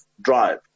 drive